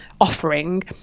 offering